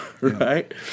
Right